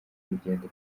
urugendo